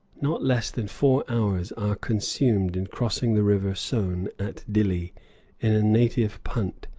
not less than four hours are consumed in crossing the river sone at dilli in a native punt,